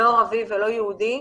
לא ערבי ולא יהודי,